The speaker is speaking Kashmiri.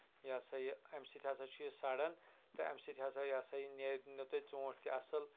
یا سا یہِ اَمہِ سۭتۍ ہسا چھُ یہِ سَڈان تہٕ اَمہِ سۭتۍ ہسا یا سا یہِ نیرِنٮ۪و تۅہہِ ژوٗنٛٹھۍ تہِ اَصٕل